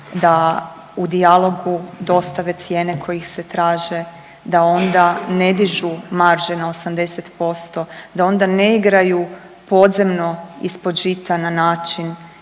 da u dijalogu dostave cijene kojih se traže, da onda ne dižu marže na 80%, da onda ne igraju podzemno ispod žita na način